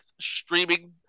streaming